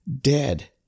dead